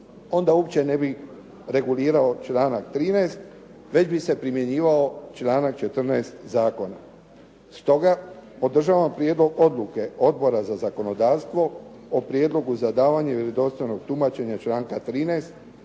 onda uopće ne bi regulirao članak 13. već bi se primjenjivao članak 14. zakona. Stoga podržavam prijedlog odluke Odbora za zakonodavstvo o prijedlogu za davanje vjerodostojnog tumačenja članka 13.